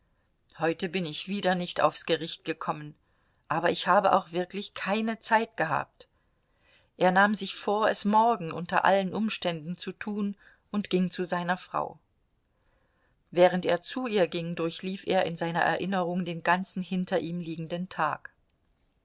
heute bin ich wieder nicht aufs gericht gekommen aber ich habe auch wirklich keine zeit gehabt er nahm sich vor es morgen unter allen umständen zu tun und ging zu seiner frau während er zu ihr ging durchlief er in seiner erinnerung den ganzen hinter ihm liegenden tag